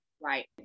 Right